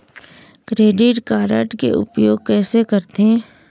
Credit card के उपयोग कैसे करथे?